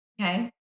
Okay